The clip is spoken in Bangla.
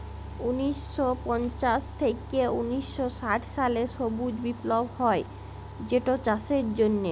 উনিশ শ পঞ্চাশ থ্যাইকে উনিশ শ ষাট সালে সবুজ বিপ্লব হ্যয় যেটচাষের জ্যনহে